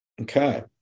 Okay